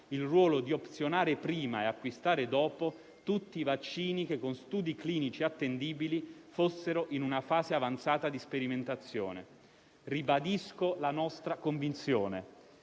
il ruolo di opzionare prima e acquistare dopo tutti i vaccini che con studi clinici attendibili fossero in una fase avanzata di sperimentazione. Ribadisco la nostra convinzione: